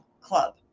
club